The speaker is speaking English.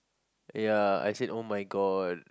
ya I said oh-my-god